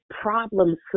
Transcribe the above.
problems